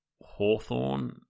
Hawthorne